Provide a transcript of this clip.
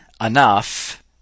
enough